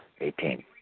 Eighteen